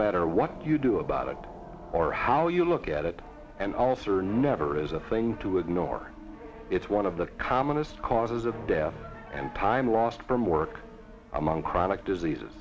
matter what you do about it or how you look at it and all sir never is a thing to ignore it's one of the commonest causes of death and time lost from work among chronic disease